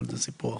אבל זה סיפור אחר.